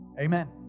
amen